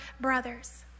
brothers